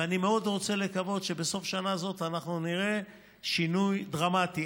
ואני מאוד רוצה לקוות שבסוף השנה הזאת אנחנו נראה שינוי דרמטי,